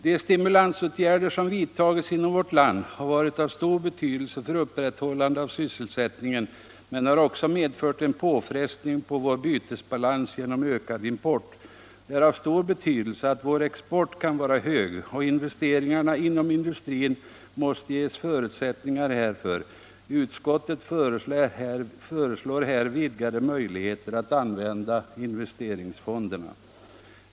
De stimulansåtgärder som vidtagits inom vårt land har varit av stor betydelse för upprätthållande av sysselsättningen, men de har också medfört en påfrestning på vår bytesbalans genom ökad import. Det är av stor betydelse att vår export kan vara hög, och investeringarna inom industrin måste ge förutsättningar härför. Utskottet föreslår här vidgade möjligheter att använda investeringsfonderna.